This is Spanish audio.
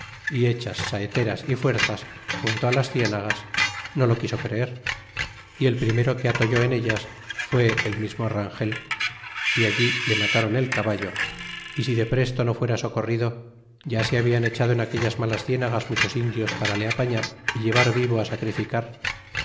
y hechas saeteras y fuerzas junto las cienagas no lo quiso creer y el primero que atolle en ellas thé el mismo rangel y allí le matron el caballo y si depresto no fuera socorrido ya se hablan echado en aquellas malas cienagas muchos indios para le apañar y llevar vivo sacrificar